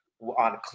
on